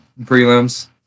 prelims